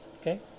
okay